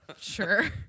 Sure